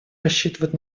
рассчитывать